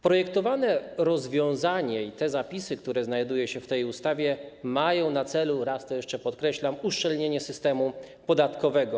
Projektowane rozwiązanie i te zapisy, które znajdują się w tej ustawie, mają na celu, jeszcze raz to jeszcze podkreślam, uszczelnienie systemu podatkowego.